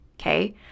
okay